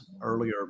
earlier